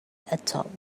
atop